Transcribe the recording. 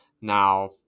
Now